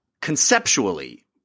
conceptually